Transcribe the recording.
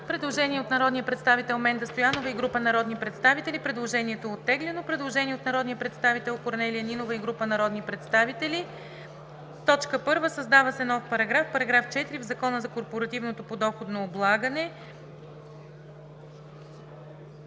Предложение от народния представител Менда Стоянова и група народни представители. Предложението е оттеглено. Предложение от народния представител Корнелия Нинова и група народни представители: 1. Създава се нов § 4: „§ 4. В Закона за корпоративното подоходно облагане